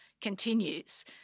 continues